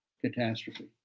catastrophe